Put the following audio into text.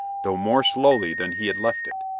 though more slowly than he had left it.